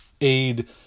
aid